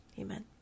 amen